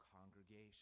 congregation